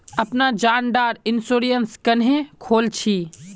अपना जान डार इंश्योरेंस क्नेहे खोल छी?